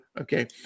Okay